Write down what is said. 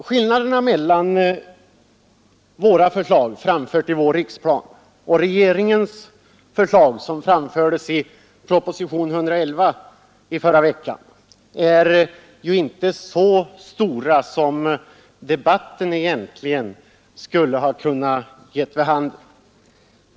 Skillnaden mellan våra förslag och regeringens förslag som framfördes i propositionen 111 förra veckan är ju inte så stora som debatten skulle ha kunnat ge vid handen.